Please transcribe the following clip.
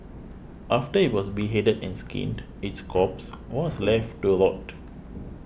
after it was beheaded and skinned its corpse was left to rot